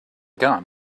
gun